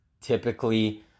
typically